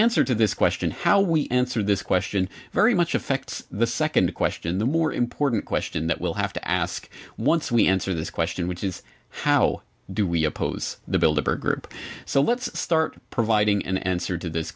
answer to this question how we answer this question very much affects the second question the more important question that we'll have to ask once we answer this question which is how do we oppose the builder group so let's start providing an answer to this